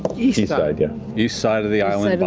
east side yeah east side of the island,